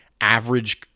average